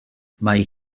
mae